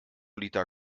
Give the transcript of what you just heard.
liter